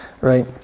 Right